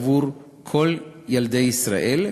עבור כל ילדי ישראל,